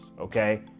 Okay